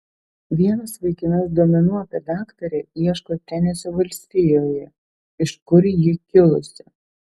vienas vaikinas duomenų apie daktarę ieško tenesio valstijoje iš kur ji kilusi